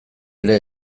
ere